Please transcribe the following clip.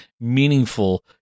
meaningful